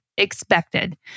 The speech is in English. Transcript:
Expected